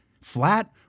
Flat